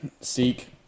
Seek